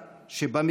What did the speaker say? וצריך,